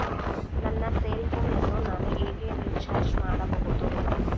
ನನ್ನ cell phone ಅನ್ನು ನಾನು ಹೇಗೆ ರಿಚಾರ್ಜ್ ಮಾಡಬಹುದು?